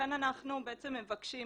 אנחנו מבקשים